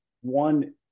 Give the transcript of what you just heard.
one